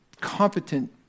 competent